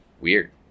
Weird